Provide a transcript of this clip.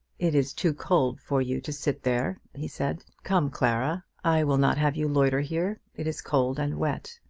it is too cold for you to sit there, he said. come, clara i will not have you loiter here. it is cold and wet.